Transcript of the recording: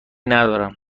ندارم